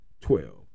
Twelve